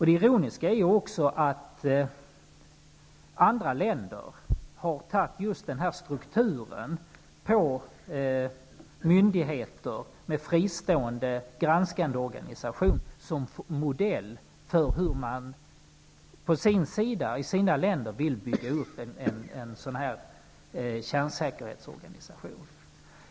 Det ironiska är att andra länder har tagit just denna struktur av myndigheter, med fristående granskande organisation, som modell för hur man i sina länder vill bygga upp en sådan här kärnsäkerhetsorganisation.